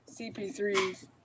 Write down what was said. CP3's